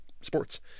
sports